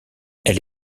elle